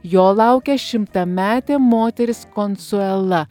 jo laukia šimtametė moteris konsuela